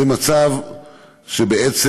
זה מצב שבעצם,